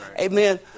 Amen